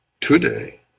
today